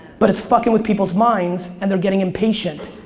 but it's fucking with people's minds, and they're getting impatient.